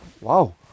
Wow